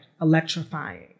electrifying